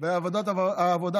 ולוועדת העבודה